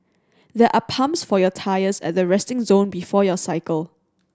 there are pumps for your tyres at the resting zone before your cycle